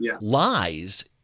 lies